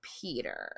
peter